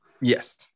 Yes